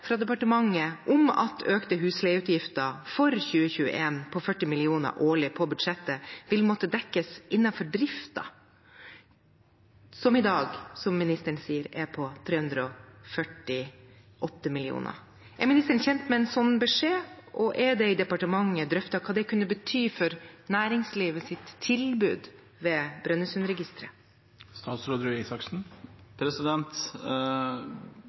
fra departementet om at økte husleieutgifter for 2021 på 40 mill. kr årlig vil måtte dekkes innenfor driften, som i dag, som ministeren sier, er på 348 mill. kr. Er ministeren kjent med en sånn beskjed, og er det i departementet drøftet hva det kan bety for næringslivets tilbud ved